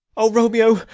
o romeo,